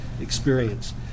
experience